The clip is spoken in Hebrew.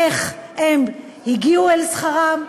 איך הם הגיעו אל שכרם.